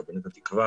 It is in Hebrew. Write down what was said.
קבינט התקווה